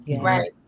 Right